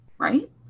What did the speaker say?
right